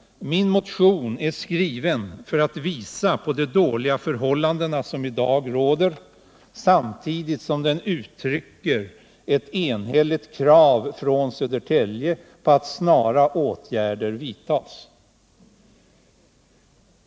Min motion är skriven för att visa på de dåliga förhållanden som i dag råder, samtidigt som den uttrycker ett enhälligt krav från Södertälje på att snara åtgärder vidtas.